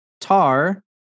Tar